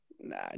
Nah